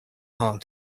hard